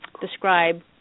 describe